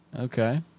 Okay